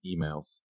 emails